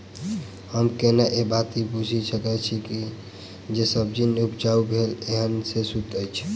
हम केना ए बात बुझी सकैत छी जे सब्जी जे उपजाउ भेल एहन ओ सुद्ध अछि?